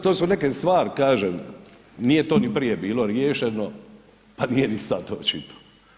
To su neke stvari, kažem, nije to ni prije bilo riješeno, a nije ni sad očito.